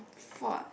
fault